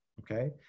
okay